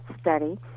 study